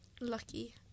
lucky